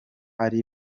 ari